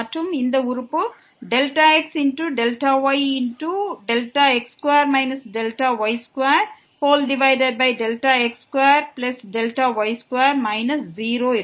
இந்த உறுப்பு ΔxΔyΔx2 Δy2x2Δy2 0 இருக்கும்